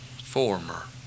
former